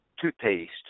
toothpaste